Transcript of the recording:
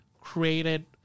created